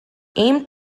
aimed